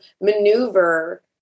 maneuver